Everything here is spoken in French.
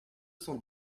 cent